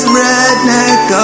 redneck